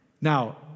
Now